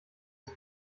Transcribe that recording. ist